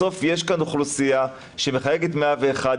בסוף יש כאן אוכלוסייה שמחייגת 101,